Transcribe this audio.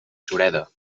sureda